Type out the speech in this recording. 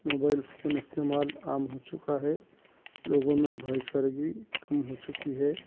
mobile phone استعمال عام ہو چُکا ہے لوگوں میں بھائی چارگی کم ہو چُکی ہے